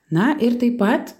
na ir taip pat